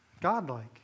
God-like